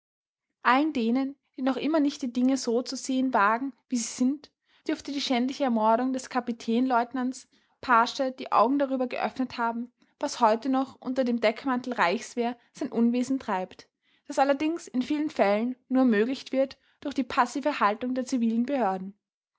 allen denen die noch immer nicht die dinge so zu sehen wagen wie sie sind dürfte die schändliche ermordung des kapitänleutnants paasche die augen darüber geöffnet haben was heute noch unter dem deckmantel reichswehr sein unwesen treibt das allerdings in vielen fällen nur ermöglicht wird durch die passive haltung der zivilen behörden